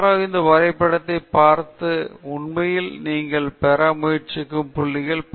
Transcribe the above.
எனவே யாரோ இந்த வரைபடத்தை பார்த்து உண்மையில் நீங்கள் பெற முயற்சிக்கும் புள்ளிகள் பல பெற முடியும்